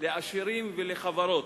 לעשירים ולחברות,